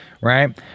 right